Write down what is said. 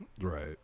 Right